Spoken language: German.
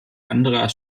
anderer